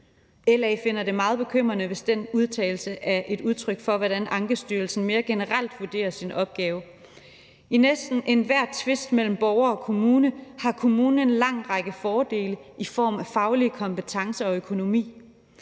LA finder det meget bekymrende, hvis den udtalelse er et udtryk for, hvordan Ankestyrelsen mere generelt vurderer sin opgave. I næsten enhver tvist mellem borgere og kommune har kommunen en lang række fordele i form af faglige kompetencer og økonomi.